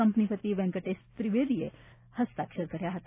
company વતી વેંકટેશ દ્વિવેદીએ હસ્તાક્ષર કર્યા હતા